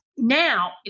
Now